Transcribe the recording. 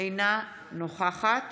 אינה נוכחת